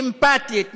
אמפתית,